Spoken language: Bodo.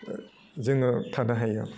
ओह जोङो थानो हायो